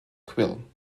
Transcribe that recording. quill